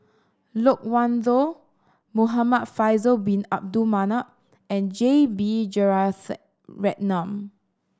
Loke Wan Tho Muhamad Faisal Bin Abdul Manap and J B Jeyaretnam